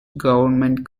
government